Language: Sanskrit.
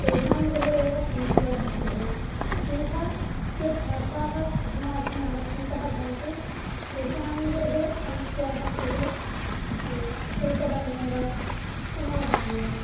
तेषां गृहे एव समस्याः स्युः अन्यथा ये छात्राः पठनार्थम् आगच्छन्तः भवन्ति तेषां गृहे समस्याः स्युः शुल्कदाने वा समयदाने वा